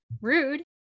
rude